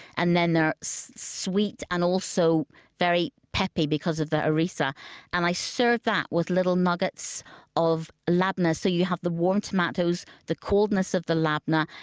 and then they're sweet and also very peppy because of the harissa and i serve that with little nuggets of labneh, so you have the warm tomatoes, the coldness of the labneh,